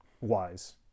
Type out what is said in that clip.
wise